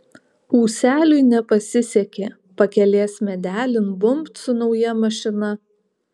ūseliui nepasisekė pakelės medelin bumbt su nauja mašina